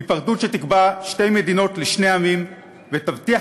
היפרדות שתקבע שתי מדינות לשני עמים ותבטיח